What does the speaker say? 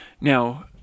Now